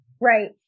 Right